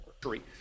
Three